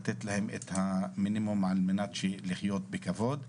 לתת להם את המינימום על מנת לחיות בכבוד.